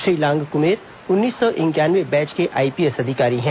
श्री लांगक्मेर उन्नीस सौ इंक्यानवे बैच के आईपीएस अधिकारी हैं